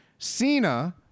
Cena